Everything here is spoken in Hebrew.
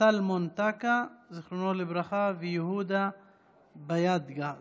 סלומון טקה ז"ל ויהודה ביאדגה ז"ל,